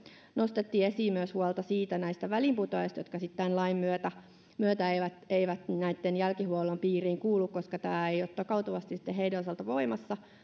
nostettiin esiin huolta myös näistä väliinputoajista jotka tämän lain myötä myötä eivät eivät jälkihuollon piiriin kuulu koska tämä ei ole takautuvasti heidän osaltaan voimassa